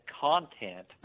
content